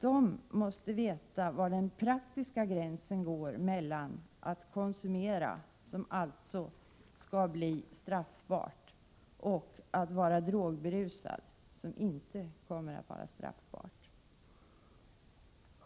De måste veta var den praktiska gränsen går mellan ”att konsumera”, som alltså skall bli straffbart, och ”att vara drogberusad”, som inte kommer att vara straffbart.